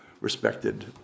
respected